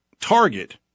target